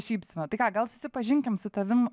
šypsena tai ką gal susipažinkim su tavim